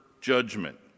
judgment